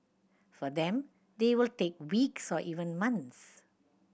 for them they will take weeks or even months